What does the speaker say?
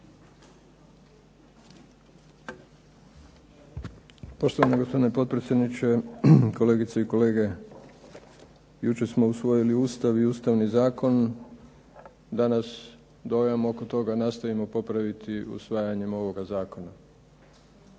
Poštovani gospodine potpredsjedniče, kolegice i kolege. Jučer smo usvojili Ustav i Ustavni zakon. Danas dojam oko toga nastojimo popraviti usvajanjem ovoga zakona.